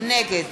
נגד